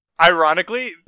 Ironically